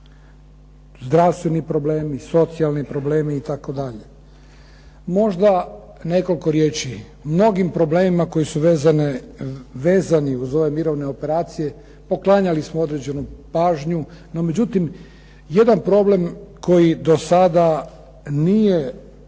zdravstveni problemi, socijalni problemi itd. Možda nekoliko riječi, mnogim problemima koji su vezani uz ove mirovne operacije poklanjali smo određenu pažnju. No međutim, jedan problem koji do sada nije